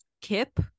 Kip